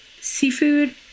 seafood